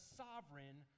sovereign